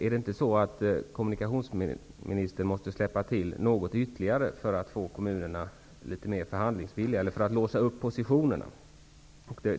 Är det inte så, att kommunikationsministern måste släppa till något ytterligare för att positionerna inte skall vara så låsta?